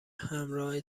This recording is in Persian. همراه